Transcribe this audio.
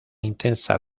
intensa